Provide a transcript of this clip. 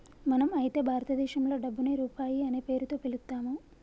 మనం అయితే భారతదేశంలో డబ్బుని రూపాయి అనే పేరుతో పిలుత్తాము